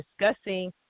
discussing